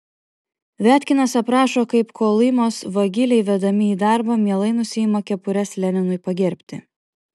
viatkinas aprašo kaip kolymos vagiliai vedami į darbą mielai nusiima kepures leninui pagerbti